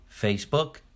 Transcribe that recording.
Facebook